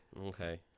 okay